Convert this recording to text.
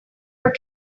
want